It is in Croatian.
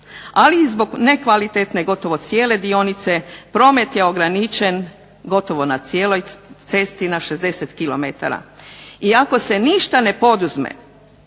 ali i zbog nekvalitetne gotovo cijele dionice promet je ograničen gotovo na cijeloj cesti na 60 km. I ako se ništa ne poduzme